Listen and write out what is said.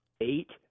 eight